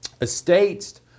Estates